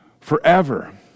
forever